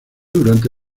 durante